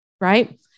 Right